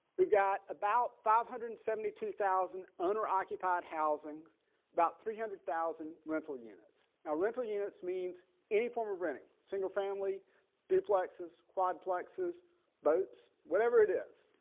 we've got about five hundred and seventy two thousand owner occupied housing about three hundred thousand rental units. our rental units means any form of renting single family duplexes quad plexus boats whatever it is.